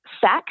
sex